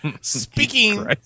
Speaking